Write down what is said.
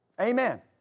Amen